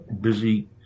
busy